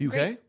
UK